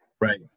Right